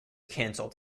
cancelled